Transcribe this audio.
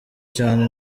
cyane